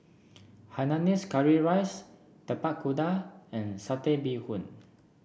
Hainanese Curry Rice Tapak Kuda and Satay Bee Hoon